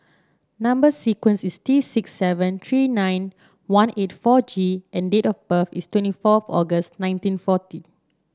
number sequence is T six seven three nine one eight four G and date of birth is twenty four August nineteen forty